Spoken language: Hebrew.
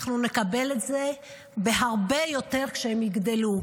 אנחנו נקבל את זה בהרבה יותר כשהם יגדלו.